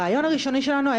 הרעיון הראשוני שלנו,